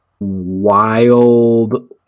wild